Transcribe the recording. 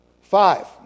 Five